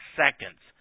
seconds